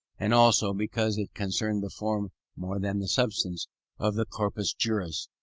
and also because it concerned the form more than the substance of the corpus juris,